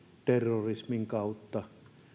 terrorismin kautta